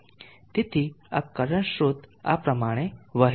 તેથી આ કરંટ સ્રોત આ પ્રમાણે વહે છે